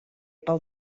pel